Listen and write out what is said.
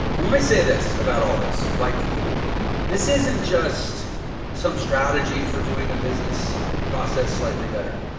and let me say this about all this. like this isn't just some strategy for doing a business process slightly better.